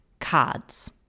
cards